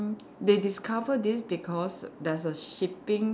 they discover this because there's a shipping